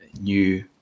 new